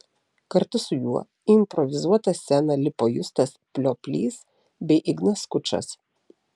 kartu su juo į improvizuotą sceną lipo justas plioplys bei ignas skučas